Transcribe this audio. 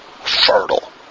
fertile